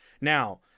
now